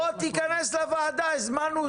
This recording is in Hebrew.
בוא תיכנס לוועדה, הזמנו אותך.